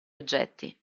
oggetti